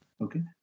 Okay